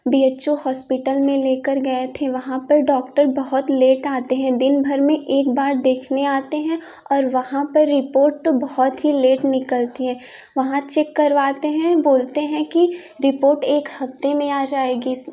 B H U hospital में लेकर गए थे वहाँ पर डॉक्टर बहुत लेट आते हैं दिनभर में एक बार देखने आते हैं और वहाँ पे रिपोर्ट तो बहुत ही लेट निकलती है वहाँ चेक करवाते हैं बोलते हैं कि रिपोर्ट एक हफ्ते में आ जाएगी